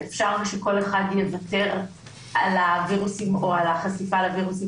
אפשר שכל אחד יוותר על הווירוסים או על החשיפה לווירוסים